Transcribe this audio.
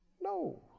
No